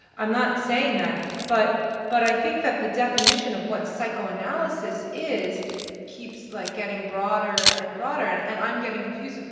i'm not saying that. but but i think that the definition of what psychoanalysis is keeps, like, getting broader and broader. and and i'm getting confused.